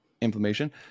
inflammation